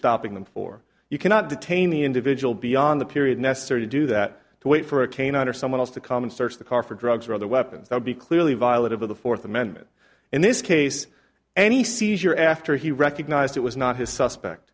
stopping them for you cannot detain the individual beyond the period necessary to do that to wait for a canine or someone else to come and search the car for drugs or other weapons that would be clearly violative of the fourth amendment in this case any seizure after he recognized it was not his suspect